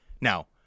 Now